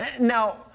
Now